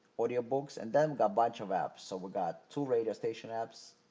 audio books and then got bunch of apps so, we got two radio station apps.